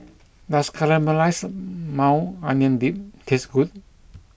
does Caramelized Maui Onion Dip taste good